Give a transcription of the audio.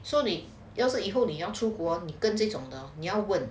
so 你要是以后你要出国你跟这种的你要问